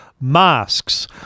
masks